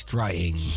Trying